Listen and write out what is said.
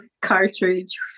cartridge